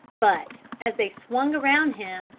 but, as they swung around him,